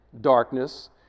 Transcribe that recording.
darkness